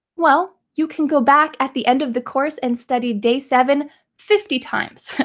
well you can go back at the end of the course and study day seven fifty times,